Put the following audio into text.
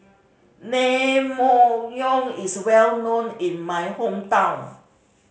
naengmyeon is well known in my hometown